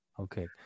Okay